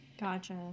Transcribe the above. gotcha